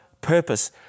purpose